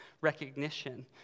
recognition